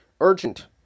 Urgent